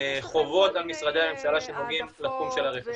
חובות על משרדי הממשלה שנוגעים לתחום של הרכש.